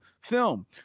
film